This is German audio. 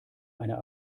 einer